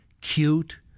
cute